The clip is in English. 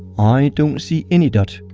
i don't see any dot.